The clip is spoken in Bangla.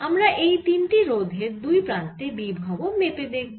আমরা এই তিনটি রোধের দুই প্রান্তের বিভব ও মেপে দেখব